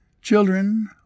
Children